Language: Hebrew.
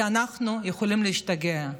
כי אנחנו יכולים להשתגע.